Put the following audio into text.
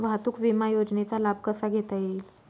वाहतूक विमा योजनेचा लाभ कसा घेता येईल?